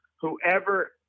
Whoever